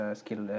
skill